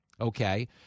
okay